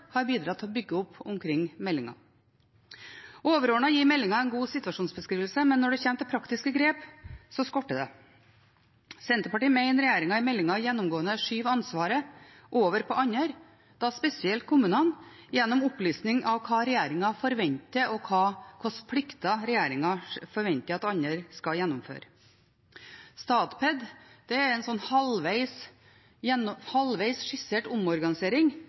har bidratt til å bygge opp omkring meldingen. Overordnet gir meldingen en god situasjonsbeskrivelse, men når det kommer til praktiske grep, skorter det. Senterpartiet mener regjeringen i meldingen gjennomgående skyver ansvaret over på andre – da spesielt kommunene – gjennom opplisting av hva regjeringen forventer, og hvilke plikter regjeringen forventer at andre skal gjennomføre. For Statped er det en halvveis skissert omorganisering